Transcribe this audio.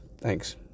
Thanks